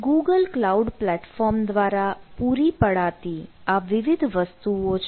Google cloud platform દ્વારા પૂરી પડાતી આ વિવિધ વસ્તુઓ છે